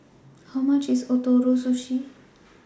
How much IS Ootoro Sushi